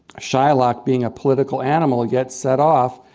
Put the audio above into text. shylock, being a political animal, gets set off,